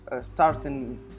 starting